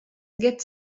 get